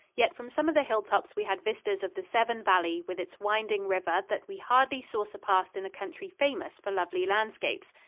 yet from some of the hilltops we had vistas of the severn valley with its winding river that we hardly saw surpassed in a country famous for lovely landscapes.